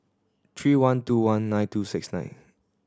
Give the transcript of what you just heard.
three one two one nine two six nine